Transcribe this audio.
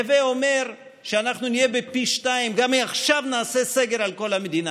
הווי אומר שאנחנו נהיה בפי שניים גם אם עכשיו נעשה סגר על כל המדינה.